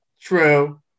True